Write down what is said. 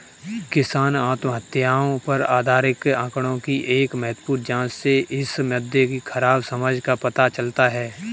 किसान आत्महत्याओं पर आधिकारिक आंकड़ों की एक महत्वपूर्ण जांच से इस मुद्दे की खराब समझ का पता चलता है